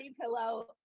pillow